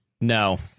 no